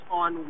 on